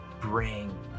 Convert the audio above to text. bring